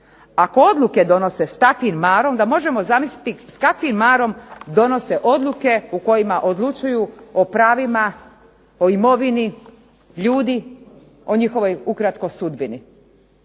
Ako odluke donose sa takvim marom, onda možemo zamisliti s kakvim marom donose odluke u kojima odlučuju o pravima, o imovini ljudi, o njihovoj ukratko sudbini.